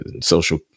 social